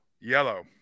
Yellow